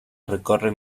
recorren